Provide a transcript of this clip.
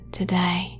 today